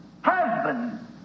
husband